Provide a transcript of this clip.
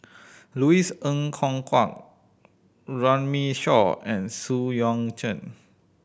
Louis Ng Kok Kwang Runme Shaw and Xu Yuan Zhen